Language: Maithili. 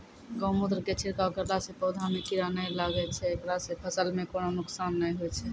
गोमुत्र के छिड़काव करला से पौधा मे कीड़ा नैय लागै छै ऐकरा से फसल मे कोनो नुकसान नैय होय छै?